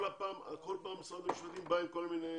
כל פעם משרד ממשלתי בא עם כל מיני